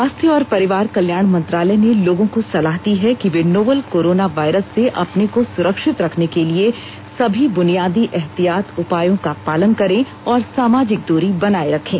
स्वास्थ्य और परिवार कल्याण मंत्रालय ने लोगों को सलाह दी है कि वे नोवल कोरोना वायरस से अपने को सुरक्षित रखने के लिए सभी बुनियादी एहतियात उपायों का पालन करें और सामाजिक दूरी बनाए रखें